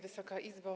Wysoka Izbo!